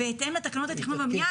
בהתאם לתקנות התכנון והבנייה,